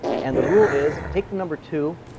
and the rule is take the number two,